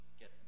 get